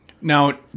Now